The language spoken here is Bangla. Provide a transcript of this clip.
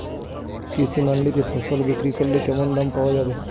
কৃষি মান্ডিতে ফসল বিক্রি করলে কেমন দাম পাওয়া যাবে?